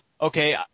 Okay